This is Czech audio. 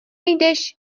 jdeš